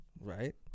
Right